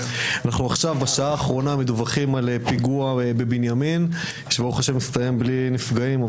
בשעה האחרונה אנחנו מדווחים על פיגוע בבנימין שהסתיים ללא נפגעים.